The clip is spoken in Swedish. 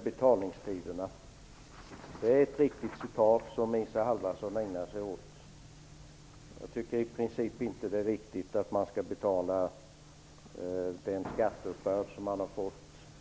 Herr talman! Jag vill kort beröra frågan om betalningstiderna. Det är ett riktigt citat som Isa Halvarsson gör. Jag tycker i princip inte att det är riktigt att man skall betala skatt